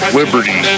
liberty